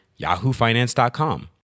yahoofinance.com